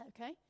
Okay